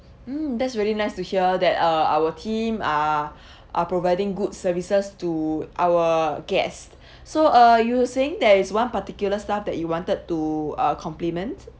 mm that's really nice to hear that uh our team are are providing good services to our guest so uh you were saying there is one particular staff that you wanted to uh compliment